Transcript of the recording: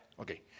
Okay